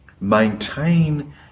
maintain